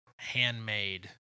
Handmade